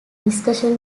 discussion